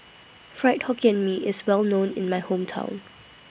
Fried Hokkien Mee IS Well known in My Hometown